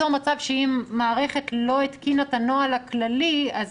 אי אפשר ליצור מצב שאם מערכת לא התקינה את הנוהל הכללי אז